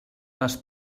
les